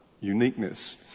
uniqueness